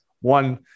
One